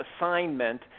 assignment